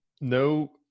no